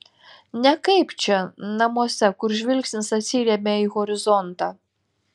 ne kaip čia namuose kur žvilgsnis atsiremia į horizontą